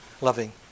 loving